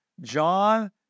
John